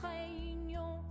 Réunion